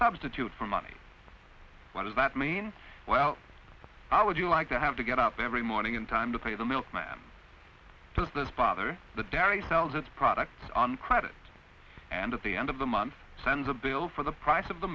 substitute for money what does that mean well i would you like to have to get up every morning in time to pay the milkman does this bother the dairy sells its products on credit and at the end of the month sends a bill for the price of the